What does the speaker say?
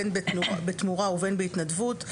בין בתמורה ובין בהתנדבות,